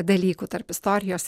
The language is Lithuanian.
dalykų tarp istorijos